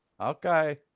Okay